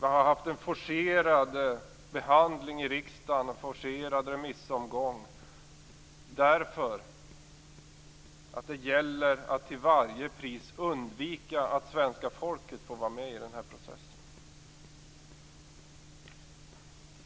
Vi har haft en forcerad behandling i riksdagen, en forcerad remissomgång, därför att det gäller att till varje pris undvika att svenska folket får vara med i den här processen.